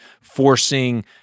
forcing